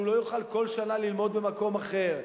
שהוא לא יוכל כל שנה ללמוד במקום אחר.